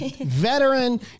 veteran